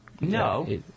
no